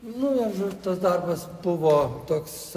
nu tas darbas buvo toks